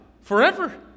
forever